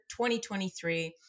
2023